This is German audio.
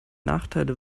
nachteile